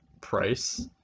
price